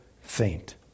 faint